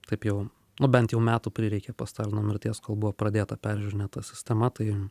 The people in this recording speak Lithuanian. taip jau nu bent jau metų prireikė po stalino mirties kol buvo pradėta peržiūrinėt ta sistema tai